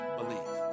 believe